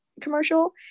commercial